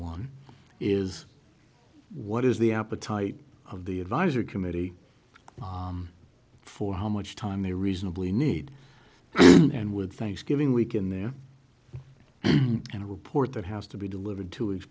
one is what is the appetite of the advisory committee for how much time they reasonably need and with thanksgiving week in there and a report that has to be delivered to